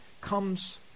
comes